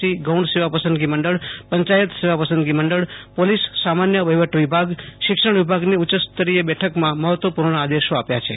C ગૌણ સેવા પસંદગી મંડળ પંચાયત સેવા પસંદગી મંડળ પોલીસ સામાન્ય વહિવટ વિભાગ શિક્ષણ વિભાગની ઉચ્ચસ્તરીય બેઠકમાં મહત્વપૂર્ણ આદેશો આપ્યા છે